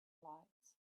lights